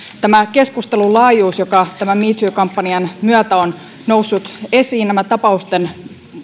tämä keskustelun laajuus joka tämän me too kampanjan myötä on noussut esiin tämä tapausten